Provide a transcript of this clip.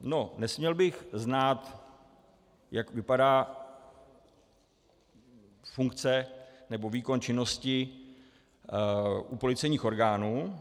No, nesměl bych znát, jak vypadá funkce nebo výkon činnosti u policejních orgánů.